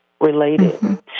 related